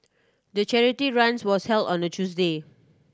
the charity run was held on a Tuesday